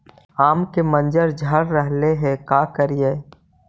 आम के मंजर झड़ रहले हे का करियै?